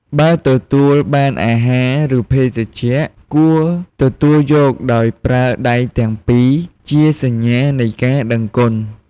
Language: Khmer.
បើទទួលបានអាហារ ឬភេសជ្ជៈ គួរទទួលយកដោយប្រើដៃទាំងពីរជាសញ្ញានៃការដឹងគុណ។